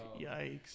yikes